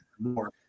more